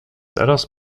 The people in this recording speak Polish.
teraz